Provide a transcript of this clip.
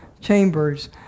chambers